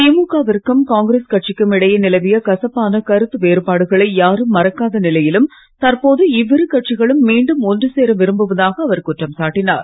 திமுக விற்கும் காங்கிரஸ் கட்சிக்கும் இடையே நிலவிய கசப்பான கருத்து வேறுபாடுகளை யாரும் மறக்காத நிலையிலும் தற்போது இவ்விரு கட்சிகளும் மீண்டும் ஒன்று சேர விரும்புவதாக அவர் குற்றம் சாட்டினார்